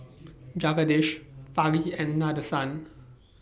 Jagadish Fali and Nadesan